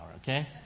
okay